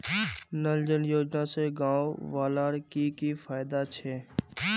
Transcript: नल जल योजना से गाँव वालार की की फायदा छे?